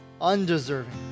Undeserving